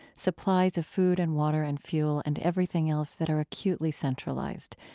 supplies of food and water and fuel and everything else that are acutely centralized.